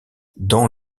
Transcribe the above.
dans